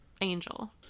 Angel